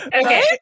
okay